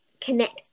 connect